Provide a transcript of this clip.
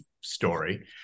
story